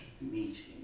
meeting